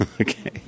Okay